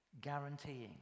guaranteeing